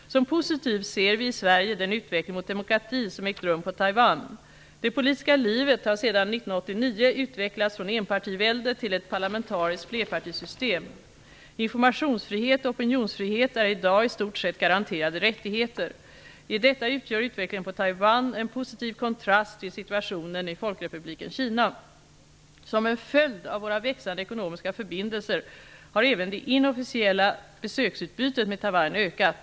Som positiv ser vi i Sverige den utveckling mot demokrati som ägt rum på Taiwan. Det politiska livet har sedan 1989 utvecklats från enpartivälde till ett parlamentariskt flerpartisystem. Informationsfrihet och opinionsfrihet är i dag i stort sett garanterade rättigheter. I detta utgör utvecklingen på Taiwan en positiv kontrast till situationen i Folkrepubliken Kina. Som en följd av våra växande ekonomiska förbindelser har även det inofficiella besöksutbytet med Taiwan ökat.